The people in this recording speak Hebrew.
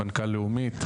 מנכ"ל לאומית,